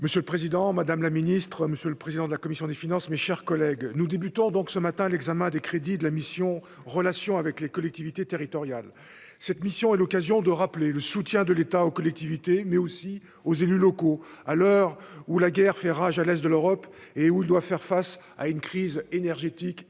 Monsieur le Président, Madame la Ministre, Monsieur le président de la commission des finances, mes chers collègues, nous débutons donc ce matin l'examen des crédits de la mission Relations avec les collectivités territoriales, cette mission est l'occasion de rappeler le soutien de l'État aux collectivités, mais aussi aux élus locaux, à l'heure où la guerre fait rage à l'Est de l'Europe, et où il doit faire face à une crise énergétique inédite,